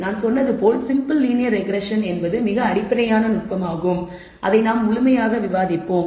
நான் சொன்னது போல் சிம்பிள் லீனியர் ரெக்ரெஸ்ஸன் என்பது மிக அடிப்படையான நுட்பமாகும் அதை நாம் முழுமையாக விவாதிப்போம்